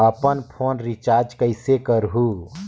अपन phone recharge कइसे करहु?